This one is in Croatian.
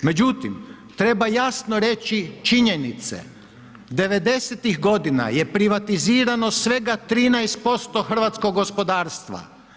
Međutim, treba jasno reći činjenice, 90-ih godina je privatizirano svega 13% hrvatskog gospodarstva.